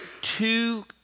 two